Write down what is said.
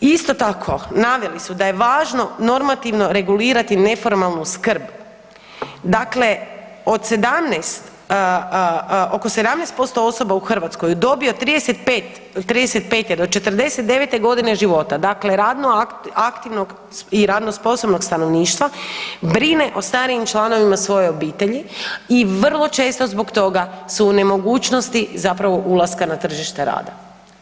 Isto tako, naveli su da je važno normativno regulirati neformalnu skrb, dakle od 17, oko 17% osoba u dobi od 35, do 49 godine života, dakle radno aktivnog i radno sposobnog stanovništva brine o starijih članovima svoje obitelji i vrlo često zbog toga su u nemogućnosti zapravo ulaska na tržište rada,